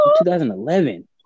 2011